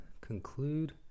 conclude